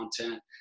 content